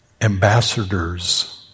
Ambassadors